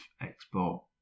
export